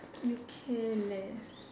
you can leh